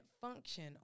function